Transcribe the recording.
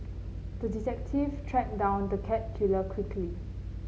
the detective tracked down the cat killer quickly